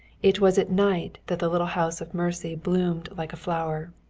it was at night that the little house of mercy bloomed like a flower.